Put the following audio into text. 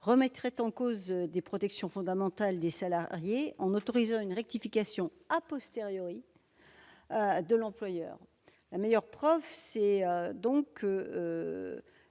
remettraient en cause des protections fondamentales des salariés en autorisant une rectification de la part de l'employeur. La meilleure preuve de